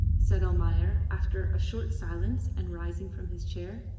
said almayer, after a short silence and rising from his chair,